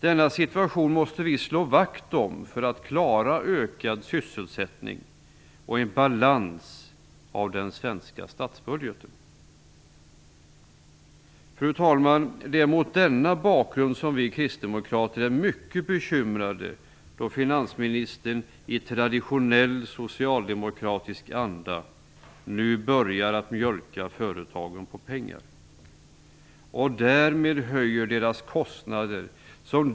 Denna situation måste vi slå vakt om för att klara ökad sysselsättning och en balans av den svenska statsbudgeten. Fru talman! Det är mot denna bakgrund som vi kristdemokrater är mycket bekymrade då finansministern i traditionell socialdemokratisk anda nu börjar att mjölka företagen på pengar och därmed höjer deras kostnader.